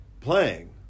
playing